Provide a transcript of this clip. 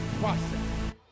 process